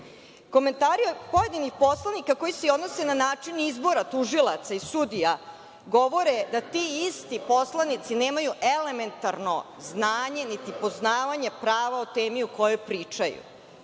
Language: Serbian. od pojedinih poslanika koji se odnose na način izbora tužilaca i sudija govore da ti isti poslanici nemaju elementarno znanje niti poznavanje prava o temi o kojoj pričaju.